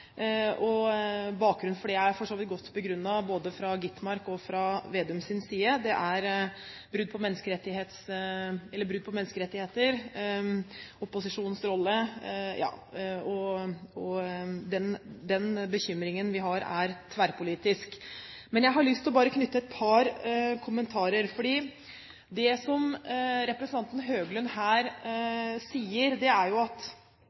Bakgrunnen for det er for så vidt godt begrunnet både fra Skovholt Gitmarks og fra Slagsvold Vedums side; det er brudd på menneskerettigheter og opposisjonens rolle. Og den bekymringen vi har, er tverrpolitisk. Men jeg har lyst til å knytte et par kommentarer til dette. For det som representanten Høglund her sier, er at jo, vi fremmer et forslag, men det er